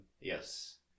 yes